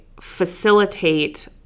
facilitate